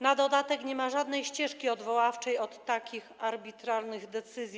Na dodatek nie ma żadnej ścieżki odwoławczej od takich arbitralnych decyzji.